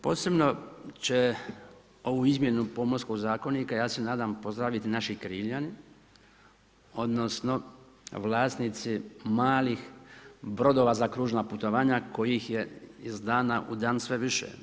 Posebno će ovu izmjenu Pomorskog zakonika, ja se nadam pozdraviti naši Kriljani, odnosno vlasnici malih brodova za kružna putovanja kojih je iz dana u dan sve više.